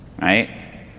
right